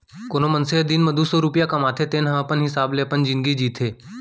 कोनो मनसे ह दिन म दू सव रूपिया कमाथे तेन ह अपन हिसाब ले अपन जिनगी जीथे